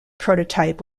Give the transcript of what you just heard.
prototype